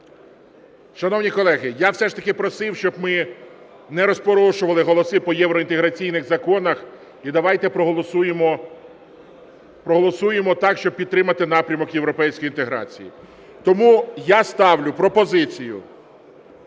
Шановні колеги, я б все ж таки просив, щоб ми не розпорошували голоси по євроінтеграційних законах, і давайте проголосуємо так, щоб підтримати напрямок європейської інтеграції. Тому я ставлю пропозицію